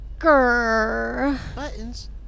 Buttons